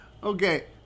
Okay